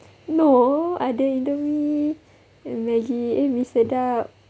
no ada indomie and maggi eh mi sedaap